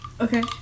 Okay